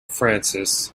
frances